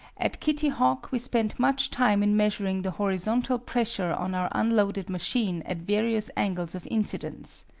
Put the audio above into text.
at kitty hawk we spent much time in measuring the horizontal pressure on our unloaded machine at various angles of incidence.